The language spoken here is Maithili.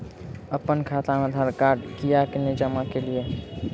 अप्पन खाता मे आधारकार्ड कियाक नै जमा केलियै?